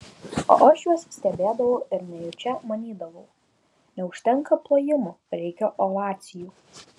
o aš juos stebėdavau ir nejučia manydavau neužtenka plojimų reikia ovacijų